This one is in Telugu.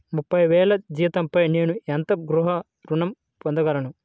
ముప్పై వేల జీతంపై నేను ఎంత గృహ ఋణం పొందగలను?